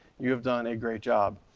you have done a great job.